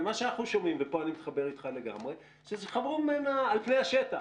ואנחנו שומעים ופה אני מתחבר איתך לגמרי שחזרו ממנה על פני השטח.